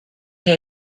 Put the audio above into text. i’ll